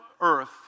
Earth